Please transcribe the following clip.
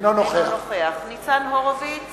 - אינו נוכח ניצן הורוביץ